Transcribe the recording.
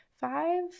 five